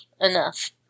enough